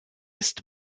ist